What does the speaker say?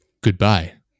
Goodbye